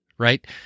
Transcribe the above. right